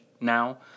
now